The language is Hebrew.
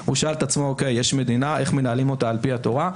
הוא שאל את עצמו איך מנהלים מדינה על פי התורה,